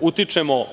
mi utičemo